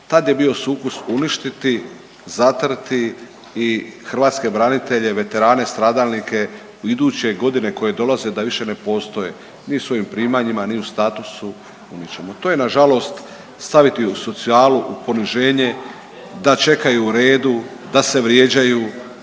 Tad je bio sukus uništiti, zatrti i hrvatske branitelje, veterane, stradalnike u iduće godine koje dolaze da više ne postoje ni svojim primanjima, ni u statusu…/Govornik se ne razumije/…. To je nažalost staviti u socijalu, u poniženje da čekaju u redu, da se vrijeđaju,